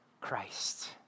Christ